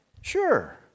Sure